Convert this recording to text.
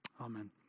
Amen